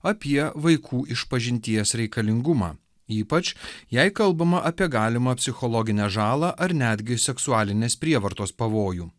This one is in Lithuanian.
apie vaikų išpažinties reikalingumą ypač jei kalbama apie galimą psichologinę žalą ar netgi seksualinės prievartos pavojų